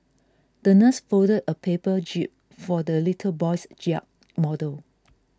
the nurse folded a paper jib for the little boy's yacht model